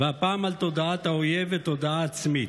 והפעם על תודעת האויב ותודעה עצמית.